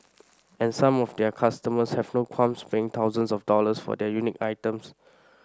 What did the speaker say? and some of their customers have no qualms paying thousands of dollars for the unique items